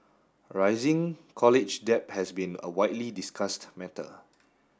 rising college debt has been a widely discussed matter